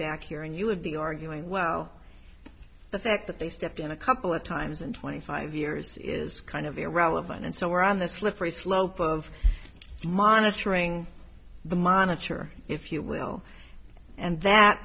back here and you would be arguing well the fact that they stepped in a couple of times in twenty five years is kind of irrelevant and so we're on the slippery slope of monitoring the monitor if you will and that